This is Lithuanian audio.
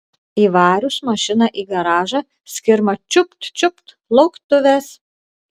įvarius mašiną į garažą skirma čiupt čiupt lauktuvės